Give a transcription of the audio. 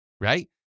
Right